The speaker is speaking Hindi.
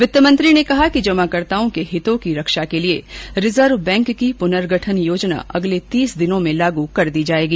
वित्त मंत्री ने कहा कि जमाकर्ताओं के हितों की रक्षा के लिए रिजर्व बैंक की पुनर्गठन योजना अगले तीस दिनों में लागू कर दी जाएगी